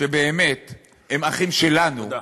שבאמת הם אחים שלנו,